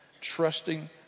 trusting